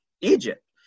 Egypt